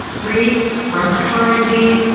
three respiratory disease.